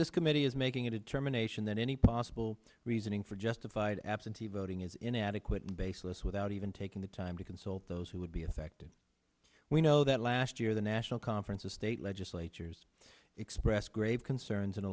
this committee is making a determination that any possible reasoning for justified absentee voting is inadequate and baseless without even taking the time to consult those who would be affected we know that last year the national conference of state legislatures expressed grave concerns in a